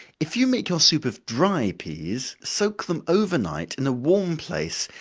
if you make your soup of dry peas, soak them over night, in a warm place,